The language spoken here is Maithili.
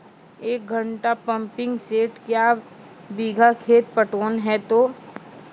एक घंटा पंपिंग सेट क्या बीघा खेत पटवन है तो?